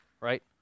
Right